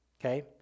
Okay